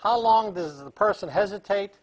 how long does the person hesitate